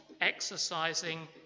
exercising